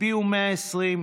הצביעו 120,